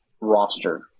roster